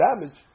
damage